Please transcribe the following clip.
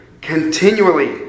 continually